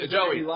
Joey